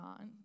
on